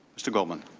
mr. chairman.